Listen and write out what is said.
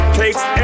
takes